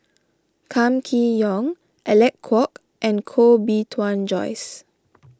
Kam Kee Yong Alec Kuok and Koh Bee Tuan Joyce